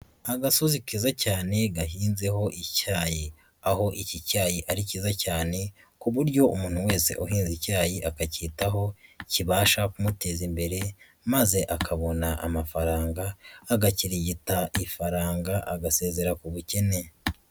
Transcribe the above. Agasozi keza cyane gahinzeho icyayi, aho iki cyayi ari cyiza cyane ku buryo umuntu wese uhinze icyayi akacyitaho kibasha kumuteza imbere maze akabona amafaranga, agakirigita ifaranga agasezera ku bukene.